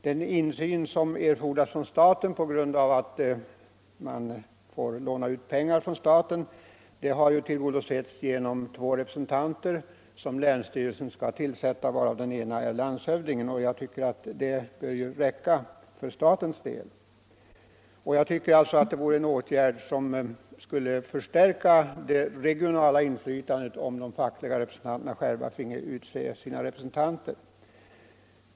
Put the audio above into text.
Den insyn som erfordras från staten på grund av att staten lånar ut pengar har ju tillgodosetts genom två representanter som länsstyrelsen tillsätter, varav den ena är landshövdingen. Det bör räcka för statens del. Jag anser att det vore en åtgärd som skulle förstärka det regionala inflytandet om de fackliga organisationerna själva finge utse sina representanter.